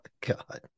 God